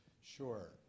Sure